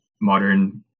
modern